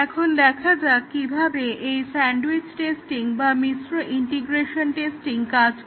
এখন দেখা যাক কিভাবে এই স্যান্ডউইচ টেস্টিং বা মিশ্র ইন্টিগ্রেশন টেস্টিং কাজ করে